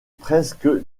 presque